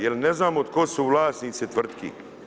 Jer ne znamo tko su vlasnici tvrtki.